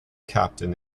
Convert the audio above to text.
captain